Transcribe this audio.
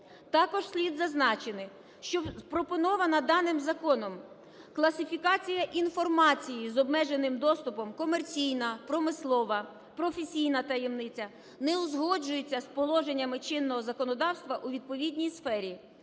Також слід зазначити, що пропонована даним законом класифікація інформації з обмеженим доступом: комерційна, промислова, професійна таємниця – не узгоджується з положеннями чинного законодавства у відповідній сфері,